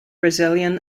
brazilian